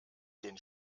den